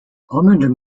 almond